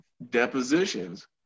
depositions